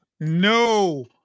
no